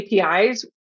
APIs